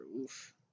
Oof